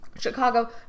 Chicago